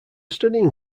studying